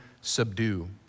subdue